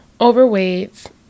overweight